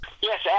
Yes